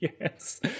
Yes